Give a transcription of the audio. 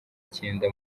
cyenda